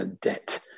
debt